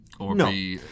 No